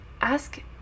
Ask